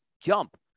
Jump